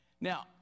Now